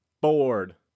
bored